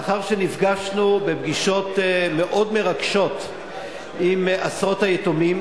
לאחר שנפגשנו בפגישות מאוד מרגשות עם עשרות היתומים,